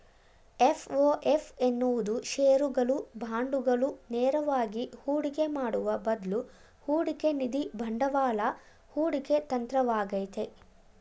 FOF ಎನ್ನುವುದು ಶೇರುಗಳು, ಬಾಂಡುಗಳು ನೇರವಾಗಿ ಹೂಡಿಕೆ ಮಾಡುವ ಬದ್ಲು ಹೂಡಿಕೆನಿಧಿ ಬಂಡವಾಳ ಹೂಡಿಕೆ ತಂತ್ರವಾಗೈತೆ